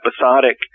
episodic